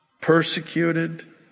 persecuted